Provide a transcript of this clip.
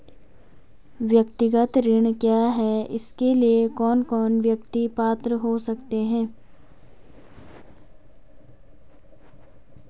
व्यक्तिगत ऋण क्या है इसके लिए कौन कौन व्यक्ति पात्र हो सकते हैं?